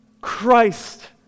Christ